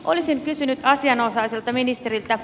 olisin kysynyt asianosaiselta ministeriltä